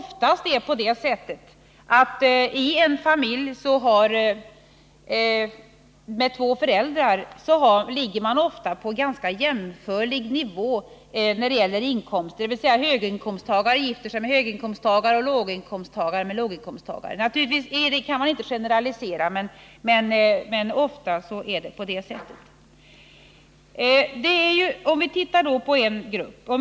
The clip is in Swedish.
I en familj med två föräldrar ligger man ofta på ganska jämförlig nivå när det gäller inkomster, dvs. höginkomsttagare gifter sig med höginkomsttagare och låginkomsttagare gifter sig med låginkomsttagare. Naturligtvis kan man inte generalisera, men ofta är det på det sättet. Vi kan se på en grupp.